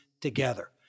together